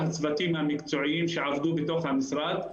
הצוותים המקצועיים שעבדו בתוך המשרד.